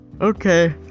Okay